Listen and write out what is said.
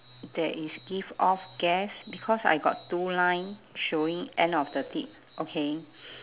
there is give off gas because I got two line showing end of the tip okay